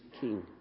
king